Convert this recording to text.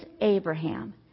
Abraham